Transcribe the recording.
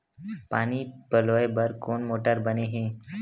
पानी पलोय बर कोन मोटर बने हे?